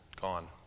gone